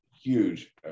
huge